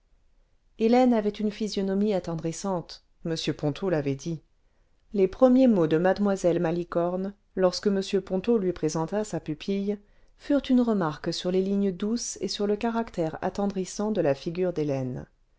hélène avait une physionomie attendrissante m ponto l'avait dit les premiers mots de mademoiselle malicorne lorsque m ponto lui présenta sa pupille furent une remarque sur les lignes douces et sur le caractère attendrissant cle la figure d'hélène